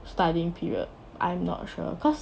studying period I'm not sure cause